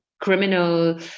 criminal